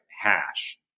hash